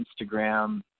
Instagram